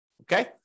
Okay